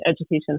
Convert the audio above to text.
education